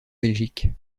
belgique